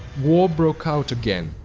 war broke out again,